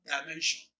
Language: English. dimension